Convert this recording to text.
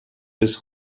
bis